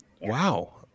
Wow